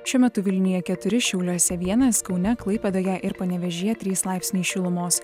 šiuo metu vilniuje keturi šiauliuose vienas kaune klaipėdoje ir panevėžyje trys laipsniai šilumos